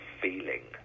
feeling